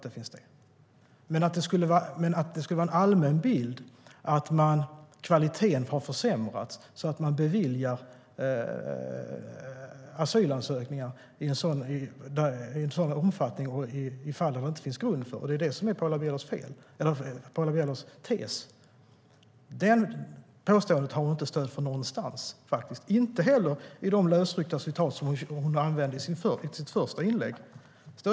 De finns såklart. Påståendet om en allmän bild av att kvaliteten har försämrats på så sätt att man beviljar asylansökningar i fall där det inte finns grund för dem - det är det som är Paula Bielers tes - har Paula Bieler dock inte stöd för någonstans, inte heller i de lösryckta citat som hon använde i sitt första inlägg.